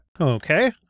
Okay